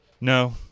No